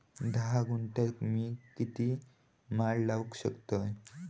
धा गुंठयात मी किती माड लावू शकतय?